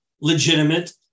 legitimate